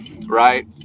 right